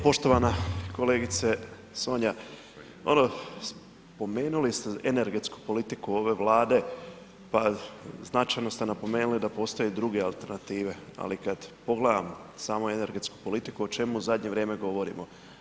Poštovana kolegice Sonja, spomenuli ste energetsku politiku ove Vlade, pa značajno ste napomenuli da postoje druge alternative, ali kad pogledamo samu energetsku politiku, o čemu u zadnje vrijeme govorimo?